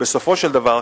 בסופו של דבר,